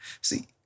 See